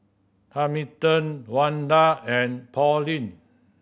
Hamilton Wanda and Pauline